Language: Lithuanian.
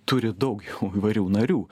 turi daugiau įvairių narių